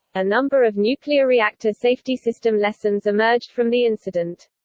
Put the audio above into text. a number of nuclear reactor safety system lessons emerged from the incident.